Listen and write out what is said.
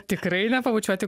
tikrai nepabučiuoti